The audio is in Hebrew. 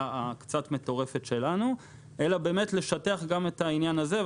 הקצת מטורפת שלנו אלא באמת לשטח גם את העניין הזה.